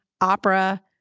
opera